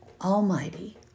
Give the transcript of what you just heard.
Almighty